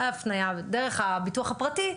בהפניה דרך הביטוח הפרטי,